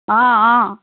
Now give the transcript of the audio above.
অঁ অঁ